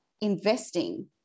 investing